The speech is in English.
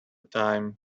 time